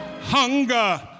Hunger